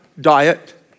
diet